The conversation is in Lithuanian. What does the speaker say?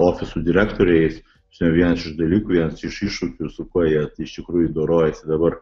ofisų direktoriais ta prasme vienas iš dalykų vienas iš iššūkių su kuo jie iš tikrųjų dorojasi dabar